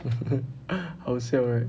好笑 right